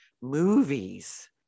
movies